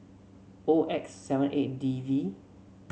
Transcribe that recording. O X seven eight D V